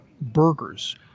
burgers